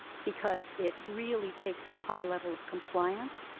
because it really takes a high level of compliance.